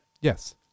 yes